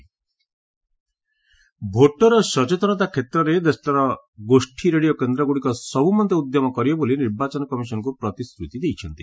EC community radio voter ସଚେତନତା କ୍ଷେତ୍ରରେ ଦେଶର ଗୋଷୀ ରେଡିଓ କେନ୍ଦ୍ରଗୁଡ଼ିକ ସବୁମନ୍ତେ ଉଦ୍ୟମ କରିବେ ବୋଲି ନିର୍ବାଚନ କମିଶନକୁ ପ୍ରତିଶ୍ରତି ଦେଇଛନ୍ତି